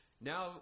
Now